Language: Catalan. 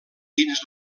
dins